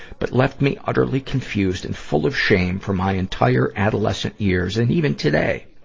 but left me utterly confused and full of shame for my entire adolescent years and even today.